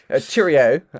Cheerio